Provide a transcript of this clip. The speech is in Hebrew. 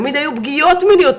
תמיד היו פגיעות מיניות,